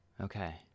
Okay